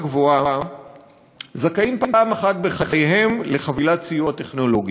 גבוהה זכאים פעם אחת בחייהם לחבילת סיוע טכנולוגי,